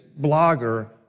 blogger